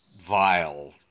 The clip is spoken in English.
vile